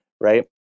right